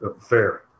Fair